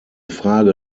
frage